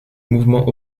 mouvement